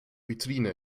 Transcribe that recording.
vitrine